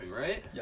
right